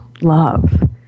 love